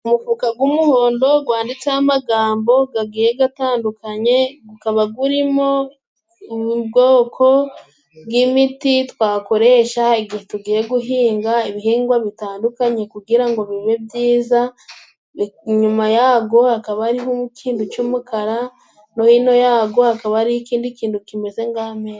Umufuka g'umuhondo gwanditseho amagambo gagiye gatandukanye gukaba gurimo ubwoko bw'imiti twakoresha igihe tugiye guhinga ibihingwa bitandukanye kugira ngo bibe byiza nyuma yago hakaba hariho ikintu cy'umukara no hino yago hakaba hari ikindi kintu kimeze ngame...